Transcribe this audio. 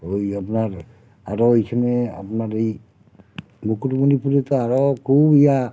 ওই আপনার আরও ওইখানে আপনার এই মুকুটমণিপুরে তো আরও খুব ইয়ে